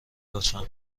لطفا